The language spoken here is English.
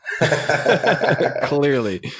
Clearly